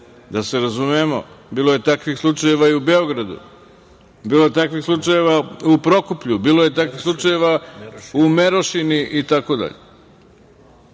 da se razumemo, bilo je takvih slučajeva i u Beogradu, bilo je takvih slučajeva i u Prokuplju, bilo je takvih slučajeva u Merošini